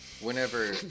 whenever